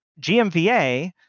GMVA